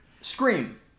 Scream